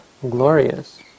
glorious